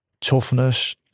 toughness